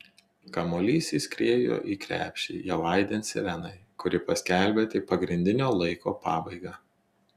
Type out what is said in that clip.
kamuolys įskriejo į krepšį jau aidint sirenai kuri paskelbė tik pagrindinio laiko pabaigą